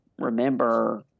remember